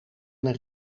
een